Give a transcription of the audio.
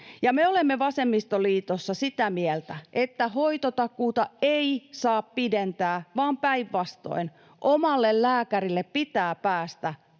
Me olemme vasemmistoliitossa sitä mieltä, että hoitotakuuta ei saa pidentää, vaan päinvastoin omalle lääkärille pitää päästä